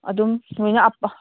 ꯑꯗꯨꯝ ꯅꯣꯏꯅ ꯑꯞꯄꯥ